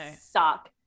suck